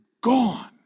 gone